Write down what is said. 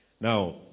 Now